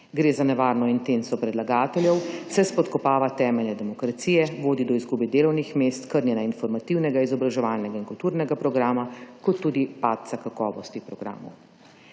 Gre za nevarno intenco predlagateljev, saj spodkopava temelje demokracije, vodi do izgube delovnih mest, krnjenja informativnega, izobraževalnega in kulturnega programa kot tudi padca kvalitete programov.